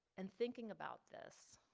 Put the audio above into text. and thinking about this,